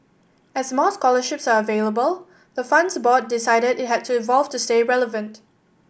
as more scholarships are available the fund's board decided it had to evolve to stay relevant